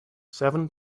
seven